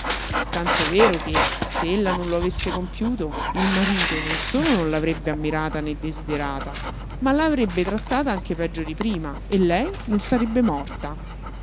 tanto vero che se ella non lo avesse compiuto il marito non solo non l'avrebbe ammirata né desiderata ma la avrebbe trattata anche peggio di prima e lei non sarebbe morta